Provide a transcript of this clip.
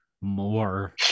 more